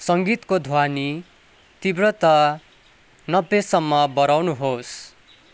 सङ्गीतको ध्वानि तीव्रता नब्बेसम्म बढाउनुहोस्